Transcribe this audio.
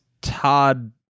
Todd